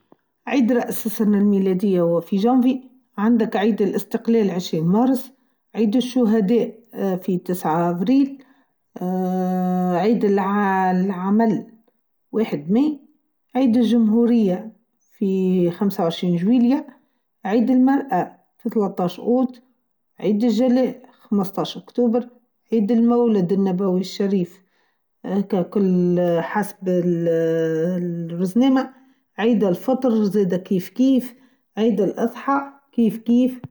عيد الأساس الميلاديه في چونڤي عند عيد الإستقلال عشرين مارس عيد الشهداء في تسعه أبريل ااااا عيد العمل واحد ماي عيد الچمهوريه في خمسه و عشرين چويليا عيد المرأه في ثلتاش غود عيد الچلتء خمستاش أكتوبر عيد المولد النبوي الشريف هاكا كل حسب اللللل الرزناما عيد الفطر زادا كيف كيف عيد الأضحى كيف كيف.